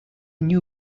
new